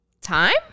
time